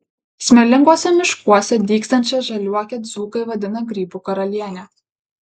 smėlinguose miškuose dygstančią žaliuokę dzūkai vadina grybų karaliene